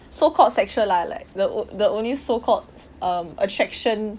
so called sexual lah like the on~ the only so called um attraction